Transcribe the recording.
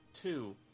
two